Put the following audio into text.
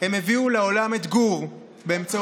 הם הביאו לעולם את גור באמצעות